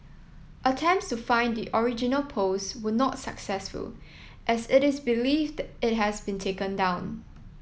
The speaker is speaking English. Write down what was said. attempts to find the original post were not successful as it is believed it has been taken down